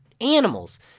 animals